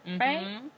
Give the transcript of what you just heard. right